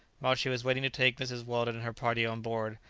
while she was waiting to take mrs. weldon and her party on board,